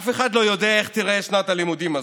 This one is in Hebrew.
אף אחד לא יודע איך תיראה שנת הלימודים הזו,